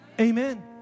Amen